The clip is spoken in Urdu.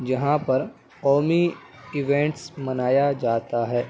جہاں پر قومی ایوینٹس منایا جاتا ہے